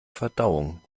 verdauung